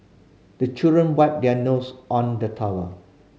the children wipe their nose on the towel